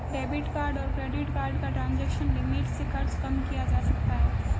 debit card और credit card का transaction limit से खर्च कम किया जा सकता है